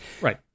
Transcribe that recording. right